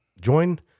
join